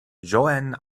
joanne